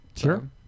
Sure